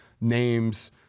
names